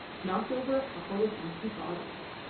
knocked over a couple of empty bottles.